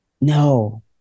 no